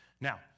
Now